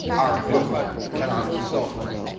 our equipment, and our facilities.